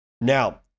Now